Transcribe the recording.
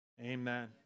amen